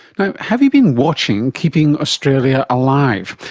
have you been watching keeping australia alive,